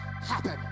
happen